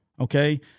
Okay